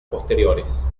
posteriores